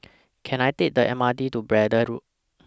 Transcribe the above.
Can I Take The M R T to Braddell Road